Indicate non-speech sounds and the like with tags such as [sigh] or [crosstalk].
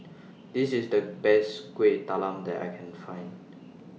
[noise] This IS The Best Kuih Talam that I Can Find